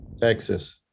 Texas